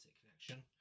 connection